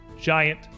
giant